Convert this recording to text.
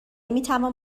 میتوان